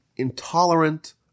intolerant